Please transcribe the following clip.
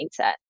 mindset